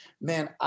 man